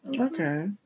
Okay